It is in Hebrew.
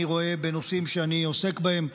אני רואה בנושאים שאני עוסק בהם,